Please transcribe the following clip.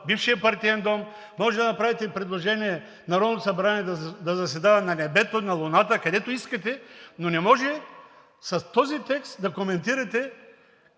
бившия Партиен дом, може да направите предложение Народното събрание да заседава на небето, на луната, където искате, но не може с този текст да коментирате